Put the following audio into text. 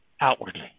outwardly